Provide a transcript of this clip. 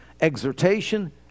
exhortation